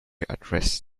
address